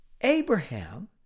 Abraham